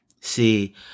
See